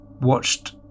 watched